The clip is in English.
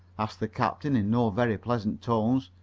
asked the captain in no very pleasant tones.